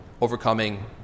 overcoming